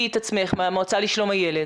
בבקשה.